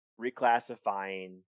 reclassifying